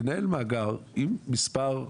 לנהל מאגר עם מספר,